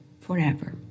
forever